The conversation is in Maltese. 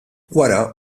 wara